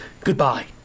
Goodbye